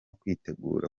kwitegura